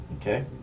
Okay